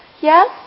yes